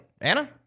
Anna